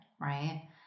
right